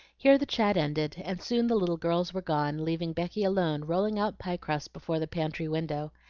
here the chat ended, and soon the little girls were gone, leaving becky alone rolling out pie-crust before the pantry window.